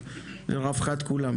בנגב, לרווחת כולם.